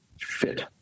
fit